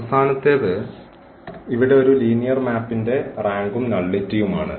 അവസാനത്തേത് ഇവിടെ ഒരു ലീനിയർ മാപ്പിന്റെ റാങ്കും നള്ളിറ്റിയുമാണ്